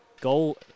goal